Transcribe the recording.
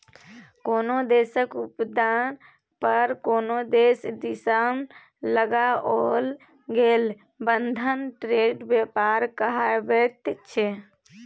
कोनो देशक उत्पाद पर कोनो देश दिससँ लगाओल गेल बंधन ट्रेड व्यापार कहाबैत छै